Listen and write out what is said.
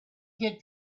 get